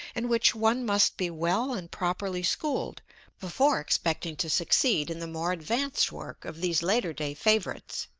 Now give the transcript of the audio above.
in which one must be well and properly schooled before expecting to succeed in the more advanced work of these laterday favorites.